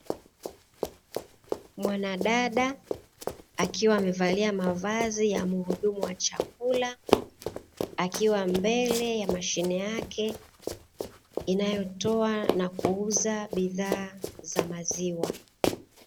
Mwanadada akiwa amevalia mavazi ya mhudumu wa chakula, akiwa mbele ya mashine yake inayotoa na kuuza bidhaa za maziwa.